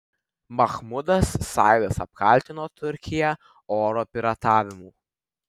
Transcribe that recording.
mahmudas saidas apkaltino turkiją oro piratavimu